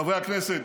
חברי הכנסת,